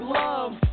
love